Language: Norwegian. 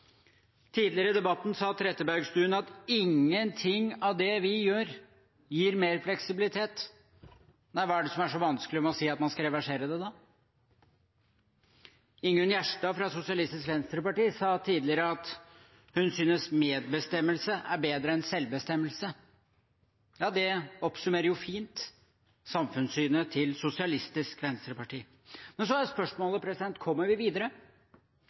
Tidligere i debatten sa Trettebergstuen at ingenting av det vi gjør, gir mer fleksibilitet. Nei, hva er det som er så vanskelig med å si at man skal reversere det da? Ingunn Gjerstad, fra Sosialistisk Venstreparti, sa tidligere at hun syntes medbestemmelse er bedre enn selvbestemmelse. Ja, det oppsummerer jo fint samfunnssynet til Sosialistisk Venstreparti. Men så er spørsmålet: Kommer vi videre?